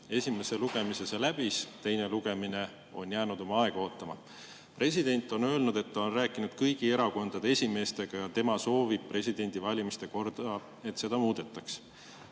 Esimese lugemise see läbis, teine lugemine on jäänud oma aega ootama. President on öelnud, et ta on rääkinud kõigi erakondade esimeestega ja tema soovib, et presidendi valimise korda muudetaks.